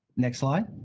next slide.